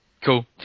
Cool